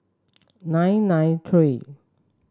nine nine three